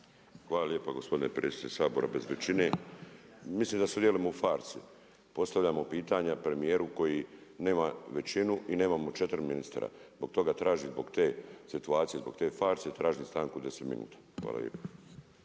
Hvala lijepa predsjedniče Sabora bez većine. Mislim da sudjelujemo u farsi. Postavljamo pitanja premijeru koji nema većinu i nemamo 4 ministra. Zbog toga tražim, zbog te situacije, zbog te farse tražim stanku od 10 minuta. Hvala lijepo.